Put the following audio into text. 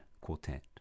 Quartet